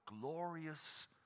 glorious